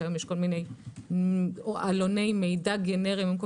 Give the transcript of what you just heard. שיש כל מיני עלוני מידע גנריים עם כל